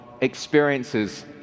experiences